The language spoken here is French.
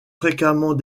fréquemment